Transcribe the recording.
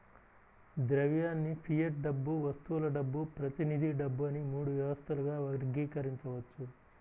ద్రవ్యాన్ని ఫియట్ డబ్బు, వస్తువుల డబ్బు, ప్రతినిధి డబ్బు అని మూడు వ్యవస్థలుగా వర్గీకరించవచ్చు